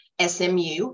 SMU